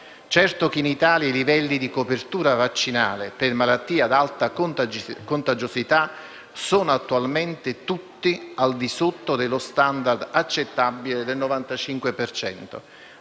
persona. In Italia tutti i livelli di copertura vaccinale per malattie ad alta contagiosità sono attualmente al di sotto dello *standard* accettabile del 95